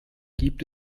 gibt